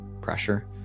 pressure